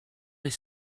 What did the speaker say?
les